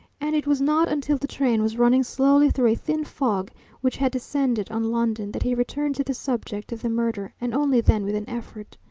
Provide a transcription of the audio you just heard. and it was not until the train was running slowly through a thin fog which had descended on london that he returned to the subject of the murder, and only then with an effort.